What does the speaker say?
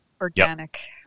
Organic